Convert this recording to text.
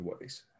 ways